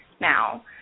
now